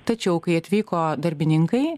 tačiau kai atvyko darbininkai